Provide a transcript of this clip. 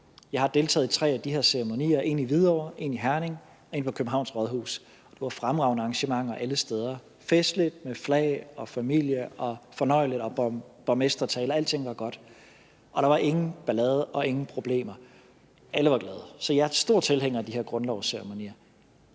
Jeg har deltaget i tre af de her ceremonier: en i Hvidovre, en i Herning og en på Københavns Rådhus. Det var fremragende arrangementer alle steder. Festligt med flag og familie. Det var fornøjeligt, og der var borgmestertaler. Alting var godt. Der var ingen ballade og ingen problemer, alle var glade, så jeg er stor tilhænger af de her grundlovsceremonier.